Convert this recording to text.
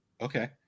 okay